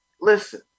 Listen